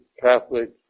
catholic